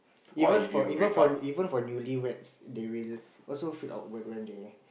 even for even for even for newlyweds they will also feel awkward when they